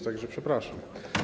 Tak że przepraszam.